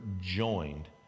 joined